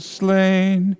slain